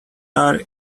are